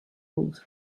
rules